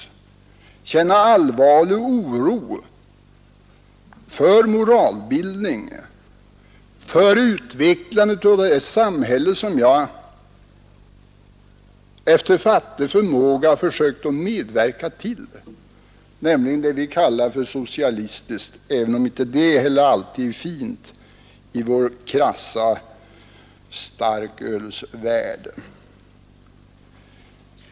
Jag känner allvarlig oro för moralbildningen och för utvecklandet av det samhälle som jag efter fattig förmåga försökt medverka till, nämligen det vi kallar för socialistiskt — även om inte det heller alltid är fint i vår krassa starkölsvärld.